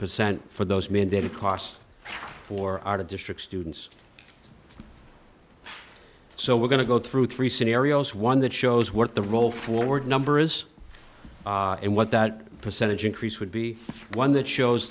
percent for those mandated costs for out of district students so we're going to go through three scenarios one that shows what the roll forward number is and what that percentage increase would be one that shows